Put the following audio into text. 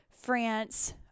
France